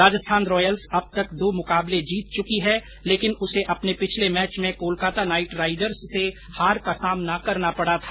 Rajasthan Royals अब तक दो मुकाबले जीत चुकी है लेकिन उसे अपने पिछले मैच में कोलकाता नाइट राइडर्स से हार का सामना करना पड़ा था